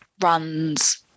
runs